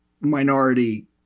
minority